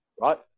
Right